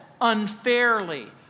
unfairly